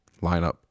lineup